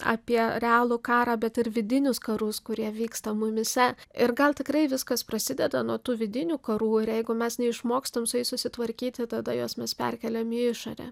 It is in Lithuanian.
apie realų karą bet ir vidinius karus kurie vyksta mumyse ir gal tikrai viskas prasideda nuo tų vidinių karų ir jeigu mes neišmokstam su jais susitvarkyti tada juos mes perkeliam į išorę